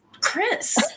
Chris